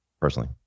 personally